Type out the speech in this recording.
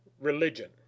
Religion